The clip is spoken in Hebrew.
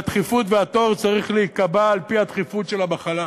והדחיפות והתור צריכים להיקבע על-פי הדחיפות של המחלה